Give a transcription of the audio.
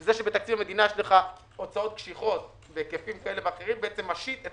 זה שבתקציב המדינה יש הוצאות קשיחות בהיקפים כאלה ואחרים בעצם משית את